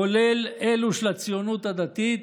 כולל אלו של הציונות הדתית,